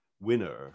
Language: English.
winner